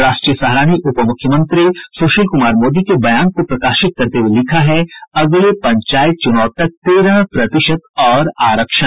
राष्ट्रीय सहारा ने उपमुख्यमंत्री सुशील कुमार मोदी के बयान को प्रकाशित करते हुए लिखा है अगले पंचायत चुनाव तक तेरह प्रतिशत और आरक्षण